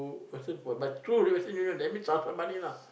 the person for but through Western-Union that means transfer money lah